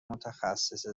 متخصص